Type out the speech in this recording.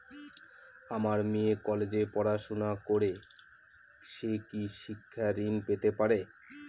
আমার মেয়ে কলেজে পড়াশোনা করে সে কি শিক্ষা ঋণ পেতে পারে?